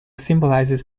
symbolizes